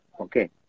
Okay